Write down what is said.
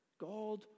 God